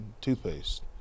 Toothpaste